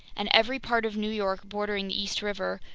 and every part of new york bordering the east river,